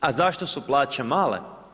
A zašto su plaće male?